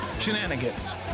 Shenanigans